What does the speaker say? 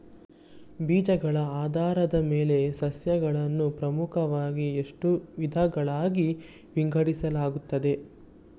ಬೀಜಗಳ ಆಧಾರದ ಮೇಲೆ ಸಸ್ಯಗಳನ್ನು ಪ್ರಮುಖವಾಗಿ ಎಷ್ಟು ವಿಧಗಳಾಗಿ ವಿಂಗಡಿಸಲಾಗಿದೆ?